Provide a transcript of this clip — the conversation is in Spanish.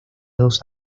dos